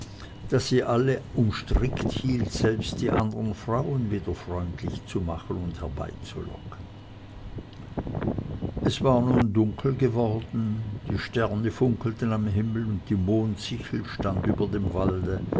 daß sie alle umstrickt hielt selbst die anderen frauen wieder freundlich zu machen und herbeizulocken es war nun dunkel geworden die sterne funkelten am himmel und die mondsichel stand über dem walde